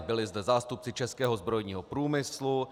Byli zde zástupci českého zbrojního průmyslu.